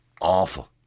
Awful